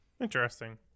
Interesting